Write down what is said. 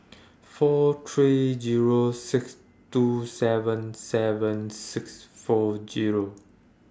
four three Zero six two seven seven six four Zero